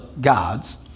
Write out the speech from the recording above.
gods